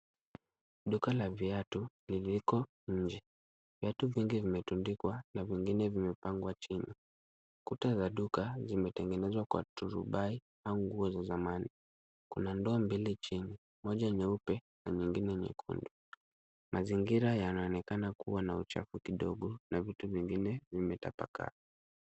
Duka la viatu liliko nje. Viatu vingi vimetundikwa na vingine vimepangwa chini. Kuta za duka zimetengenezwa kwa turubai au nguo za zamani. Kuna ndoo mbili chini, moja nyeupe na nyingine nyekundu. Mazingira yanaonekana kuwa na uchafu kidogo na vitu vingine vimetapakaa.